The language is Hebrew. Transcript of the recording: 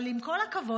אבל עם כל הכבוד,